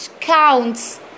counts